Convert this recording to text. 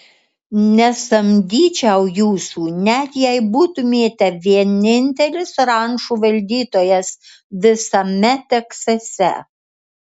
nesamdyčiau jūsų net jei būtumėte vienintelis rančų valdytojas visame teksase